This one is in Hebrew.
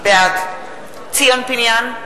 בעד ציון פיניאן,